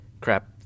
crap